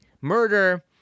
murder